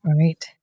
right